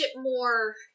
more